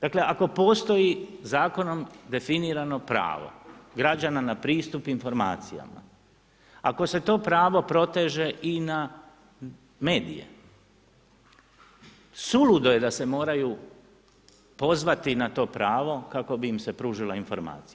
Dakle, ako postoji zakonom definirano prava, građana na pristup informacijama, ako se to pravo proteže i na medije, suludo je da se moraju pozvati na to pravo, kako bi im se pružila informacija.